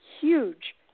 huge